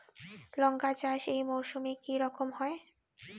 লঙ্কা চাষ এই মরসুমে কি রকম হয়?